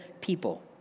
people